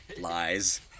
Lies